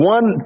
One